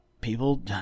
People